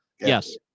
yes